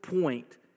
point